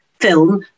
film